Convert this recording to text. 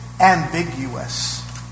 ambiguous